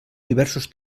diversos